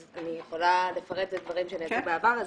אז אני יכולה לפרט את הדברים שנעשו בעבר.